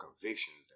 convictions